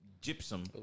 gypsum